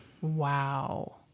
Wow